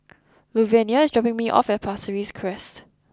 Luvenia is dropping me off at Pasir Ris Crest